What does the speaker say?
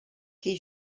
qui